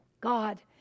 god